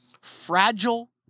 fragile